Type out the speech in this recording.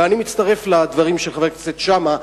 ואני מצטרף לדברים של חבר הכנסת שאמה.